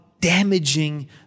damaging